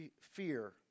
fear